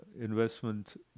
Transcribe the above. investment